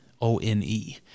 O-N-E